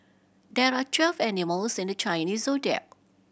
there are twelve animals in the Chinese Zodiac